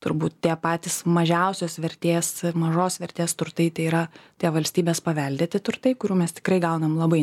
turbūt tie patys mažiausios vertės mažos vertės turtai tai yra tie valstybės paveldėti turtai kurių mes tikrai gaunam labai